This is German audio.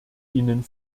ihnen